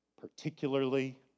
particularly